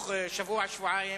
שתוך שבוע-שבועיים,